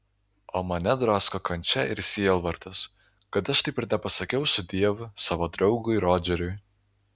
o mane drasko kančia ir sielvartas kad aš taip ir nepasakiau sudiev savo draugui rodžeriui